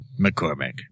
McCormick